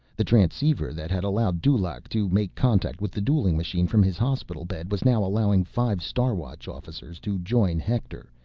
the transceiver that had allowed dulaq to make contact with the dueling machine from his hospital bed was now allowing five star watch officers to join hector,